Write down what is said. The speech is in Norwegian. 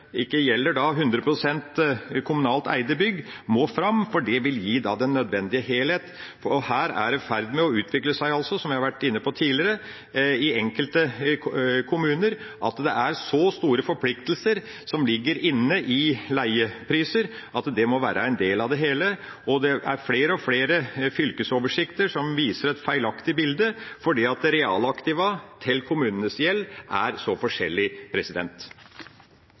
ikke gjelder 100 pst. kommunalt eide bygg, må fram for det vil gi den nødvendige helhet, og her er det i ferd med å utvikle seg slik – som jeg har vært inne på tidligere – i enkelte kommuner at det er så store forpliktelser som ligger inne i leiepriser, at det må være en del av det hele, og det er flere og flere fylkesoversikter som viser et feilaktig bilde fordi realaktiva til kommunenes gjeld er så forskjellig.